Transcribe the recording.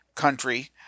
country